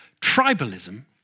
tribalism